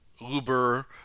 Uber